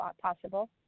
possible